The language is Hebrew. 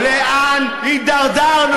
לאן הידרדרנו?